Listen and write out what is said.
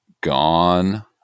gone